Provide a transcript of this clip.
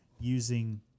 using